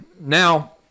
now